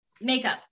makeup